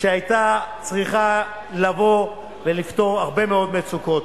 שהיתה צריכה לבוא ולפתור הרבה מאוד מצוקות.